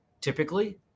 typically